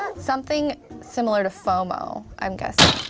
something similar to fomo, i'm guessing.